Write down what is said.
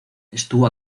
estuvo